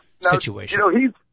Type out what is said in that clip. situation